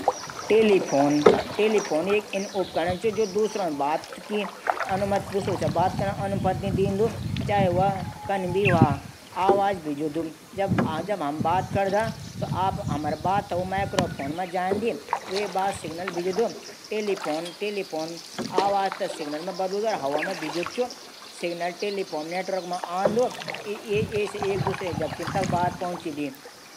टेलीफोन एक इन उपकरण च दूशरों बात अनुमति दींदू। चाहे वा कन मी ह्वा जब हम बात करदा त हमरी आलाज माइक्रोफोन मा जांदी। वे कू बाद सिगनल भिजदू टेलिफ़ोन आवाज थै सिगनल मा बदलदू। सिग्नल टेलिफ़ोन नेटवर्क मा आंदू फिर एक दूसरू व्यक्ति तक बात पहुंचदी।